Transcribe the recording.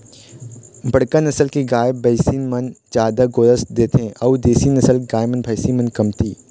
बड़का नसल के गाय, भइसी मन ह जादा गोरस देथे अउ देसी नसल के गाय, भइसी ह कमती